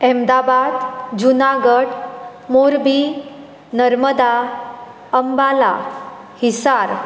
Ahmedabad Junagadh Morbi Narmada Ambala Hisar